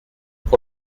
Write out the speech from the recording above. pour